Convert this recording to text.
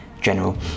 general